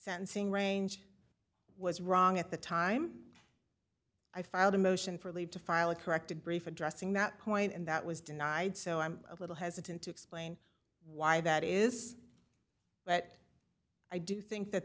sentencing range was wrong at the time i filed a motion for leave to file a corrected brief addressing that point and that was denied so i'm a little hesitant to explain why that is but i do think that